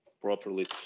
properly